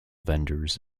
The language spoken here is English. vendors